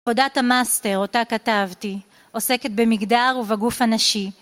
עבודת המאסטר, אותה כתבתי, עוסקת במגדר ובגוף הנשי.